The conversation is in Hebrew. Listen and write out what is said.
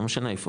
לא משנה איפה,